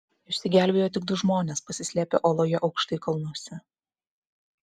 išsigelbėjo tik du žmonės pasislėpę oloje aukštai kalnuose